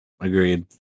agreed